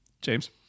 James